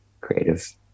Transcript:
creative